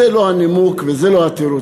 זה לא הנימוק וזה לא התירוץ.